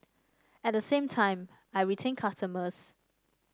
at the same time I retain customers